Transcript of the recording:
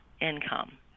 income